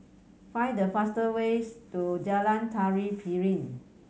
find the fastest ways to Jalan Tari Piring